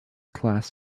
class